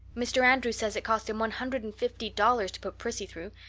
mr. andrews says it cost him one hundred and fifty dollars to put prissy through,